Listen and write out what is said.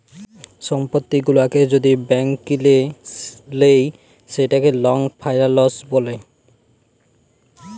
সম্পত্তি গুলা যদি ব্যাংক কিলে লেই সেটকে লং ফাইলাল্স ব্যলে